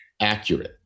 accurate